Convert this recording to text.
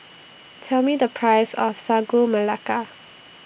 Tell Me The Price of Sagu Melaka